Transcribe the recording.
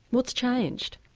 what's changed?